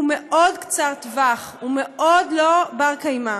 הוא מאוד קצר טווח, הוא מאוד לא בר-קיימא.